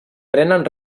prenen